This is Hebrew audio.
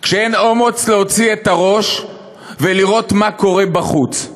כשאין אומץ להוציא את הראש ולראות מה קורה בחוץ.